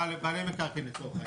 בעלי מקרקעין לצורך העניין.